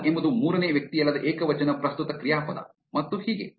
open ಎಂಬುದು ಮೂರನೇ ವ್ಯಕ್ತಿಯಲ್ಲದ ಏಕವಚನ ಪ್ರಸ್ತುತ ಕ್ರಿಯಾಪದ ಮತ್ತು ಹೀಗೆ